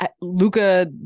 Luca